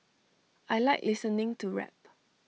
I Like listening to rap